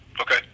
Okay